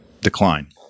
decline